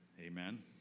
Amen